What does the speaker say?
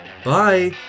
Bye